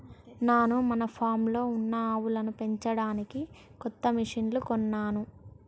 నాను మన ఫామ్లో ఉన్న ఆవులను పెంచడానికి కొత్త మిషిన్లు కొన్నాను